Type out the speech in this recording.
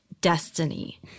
destiny